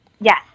Yes